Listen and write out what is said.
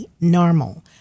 normal